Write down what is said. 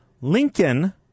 Lincoln